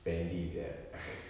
spending sia